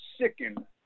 sickened